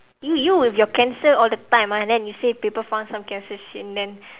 you you with your cancer all the time ah and then you say people found some cancer shit and then